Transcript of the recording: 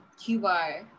Q-Bar